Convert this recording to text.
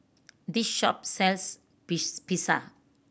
this shop sells Pizza